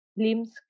limbs